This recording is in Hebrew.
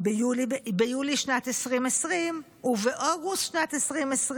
ביולי שנת 2020 ובאוגוסט שנת 2020,